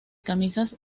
camisas